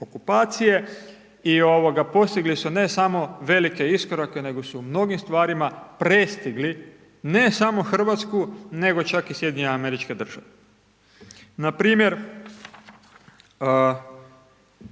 okupacije. I postigli su ne samo velike iskorake nego su u mnogim stvarima prestigli ne samo Hrvatsku nego čak i SAD, npr. na Kubi